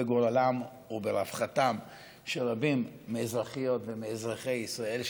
בגורלם וברווחתם של רבים מאזרחיות ומאזרחי ישראל,